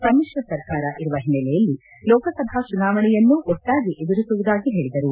ಸಮ್ಮಿಶ್ರ ಸರ್ಕಾರ ಇರುವ ಹಿನ್ನಲೆಯಲ್ಲಿ ಲೋಕಸಭಾ ಚುನಾವಣೆಯನ್ನೂ ಒಟ್ಟಾಗಿ ಎದುರಿಸುವುದಾಗಿ ಹೇಳಿದರು